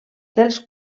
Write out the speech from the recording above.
dels